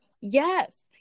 Yes